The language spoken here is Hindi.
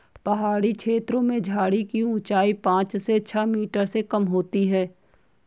पहाड़ी छेत्रों में झाड़ी की ऊंचाई पांच से छ मीटर से कम होती है